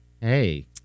Hey